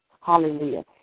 Hallelujah